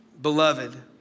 Beloved